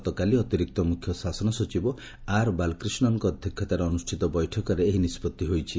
ଗତକାଲି ଅତିରିକ୍ତ ମୁଖ୍ୟଶାସନ ସଚିବ ଆର୍ବାଳକ୍ରିଷ୍ଡନଙ୍କ ଅଧ୍ଧକ୍ଷତାରେ ଅନୁଷିତ ବୈଠକରେ ଏହି ନିଷ୍ବଭି ନିଆଯାଇଛି